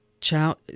child